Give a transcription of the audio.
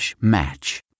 match